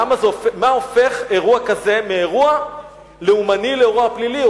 מה הופך אירוע כזה מאירוע לאומני לאירוע פלילי,